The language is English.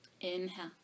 Inhale